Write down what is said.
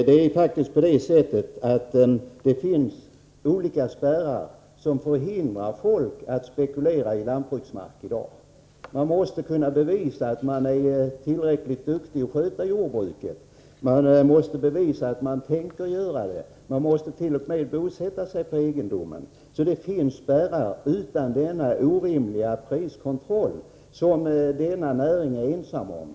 Herr talman! Det finns faktiskt i dag olika spärrar, som förhindrar folk att spekulera i lantbruksmark. Man måste kunna bevisa att man är tillräckligt duktig att sköta jordbruket. Man måste bevisa att man tänker göra det. Man måste t.o.m. bosätta sig på egendomen. Det finns alltså spärrar utan denna orimliga priskontroll, som den här näringen är ensam om.